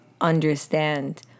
understand